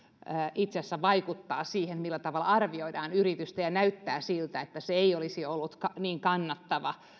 itse asiassa vaikuttaa siihen millä tavalla arvioidaan yritystä ja voi näyttää siltä että se ei olisi ollut niin kannattava